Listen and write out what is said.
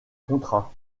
contrat